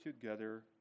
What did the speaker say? together